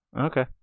Okay